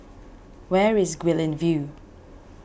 where is Guilin View